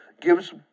gives